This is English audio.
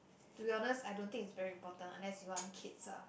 to be honest I don't think it's very important unless you want kids lah